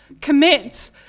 commit